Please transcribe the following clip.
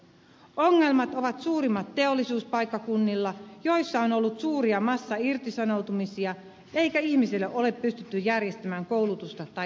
ongelmat ovat suurimmat teollisuuspaikkakunnilla joissa on ollut suuria massairtisanoutumisia eikä ihmisille ole pystytty järjestämään koulutusta tai uutta työtä